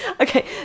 Okay